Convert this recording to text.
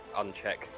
uncheck